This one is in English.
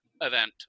event